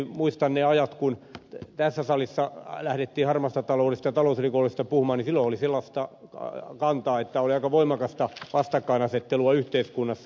muistan ne ajat kun tässä salissa lähdettiin harmaasta taloudesta ja talousrikollisuudesta puhumaan silloin oli sellaista kantaa että oli aika voimakasta vastakkainasettelua yhteiskunnassa